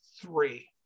three